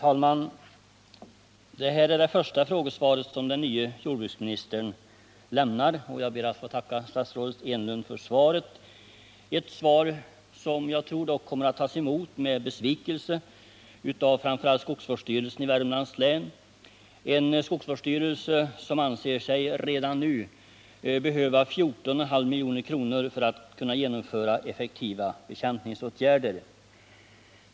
Herr talman! Jag ber att få tacka statsrådet Enlund för svaret på min fråga, som kom att bli det första frågesvar som den nye jordbruksministern lämnade. Jag tror dock att svaret kommer att tas emot med besvikelse av framför allt skogsvårdsstyrelsen i Värmlands län, en skogsvårdsstyrelse som anser sig redan nu behöva 14,5 milj.kr. för att kunna genomföra effektiva bekämpningsåtgärder.